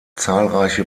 zahlreiche